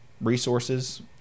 Resources